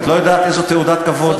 את לא יודעת איזה תעודת כבוד זו.